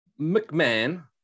McMahon